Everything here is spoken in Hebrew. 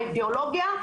האידיאולוגיה,